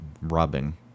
rubbing